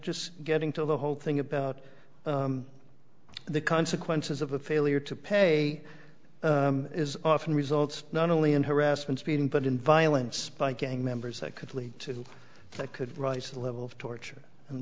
just getting to the whole thing about the consequences of the failure to pay is often results not only in harassment speeding but in violence by gang members that could lead to that could rise to the level of torture and